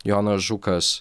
jonas žukas